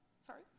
sorry